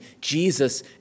Jesus